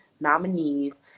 nominees